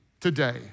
today